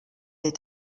est